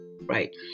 right